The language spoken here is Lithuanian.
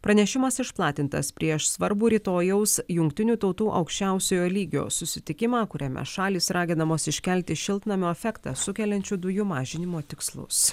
pranešimas išplatintas prieš svarbų rytojaus jungtinių tautų aukščiausiojo lygio susitikimą kuriame šalys raginamos iškelti šiltnamio efektą sukeliančių dujų mažinimo tikslus